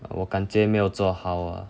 我感觉没有做好 ah